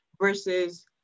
versus